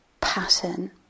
pattern